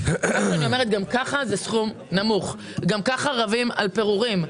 שגם כך זה סכום נמוך וגם כך רבים על פירורים,